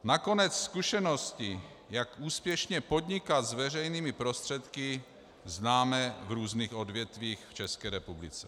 Nakonec zkušenosti, jak úspěšně podnikat s veřejnými prostředky, známe v různých odvětvích v České republice.